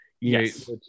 yes